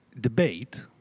debate